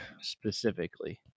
specifically